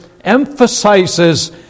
emphasizes